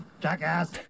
Jackass